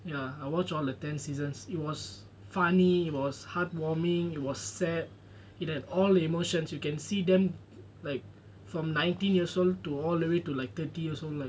ya I watch all the ten seasons it was funny it was heartwarming it was sad it had all the emotions you can see them like from nineteen years old to all the way to like thirty years old like